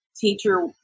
teacher